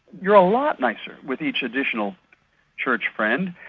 you're a lot nicer with each additional church friend,